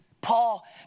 Paul